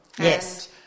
Yes